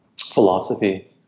philosophy